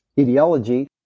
ideology